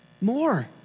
more